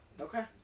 Okay